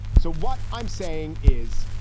so what i'm saying is,